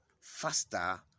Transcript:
faster